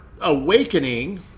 awakening